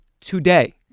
today